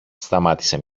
σταμάτησε